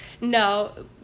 No